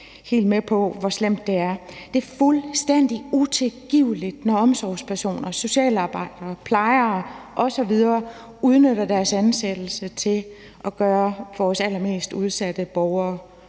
helt med på, hvor slemt det er. Det er fuldstændig utilgiveligt, når omsorgspersoner og socialarbejdere og plejere osv. udnytter deres ansættelse til at gøre vores allermest udsatte borgere